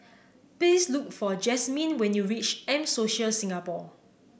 please look for Jazmyne when you reach M Social Singapore